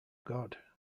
god